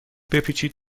بپیچید